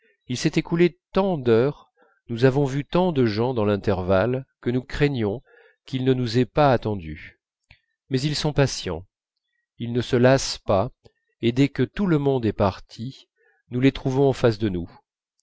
il s'est écoulé tant d'heures nous avons vu tant de gens dans l'intervalle que nous craignons qu'ils ne nous aient pas attendus mais ils sont patients ils ne se lassent pas et dès que tout le monde est parti nous les trouvons en face de nous